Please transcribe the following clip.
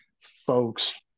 folks